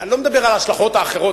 אני לא מדבר על ההשלכות האחרות,